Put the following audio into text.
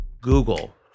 Google